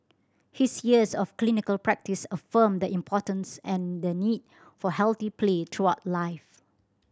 his years of clinical practice affirmed the importance and the need for healthy play throughout life